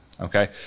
Okay